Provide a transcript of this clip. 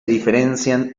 diferencian